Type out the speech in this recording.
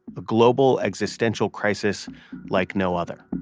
a global existential crisis like no other